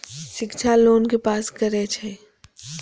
शिक्षा लोन के पास करें छै?